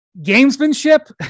gamesmanship